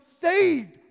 saved